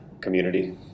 community